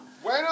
bueno